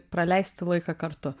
praleisti laiką kartu